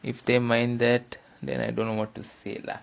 if they mind that then I don't know what to say lah